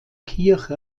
kirche